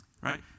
right